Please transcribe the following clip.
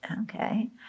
Okay